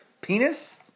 Penis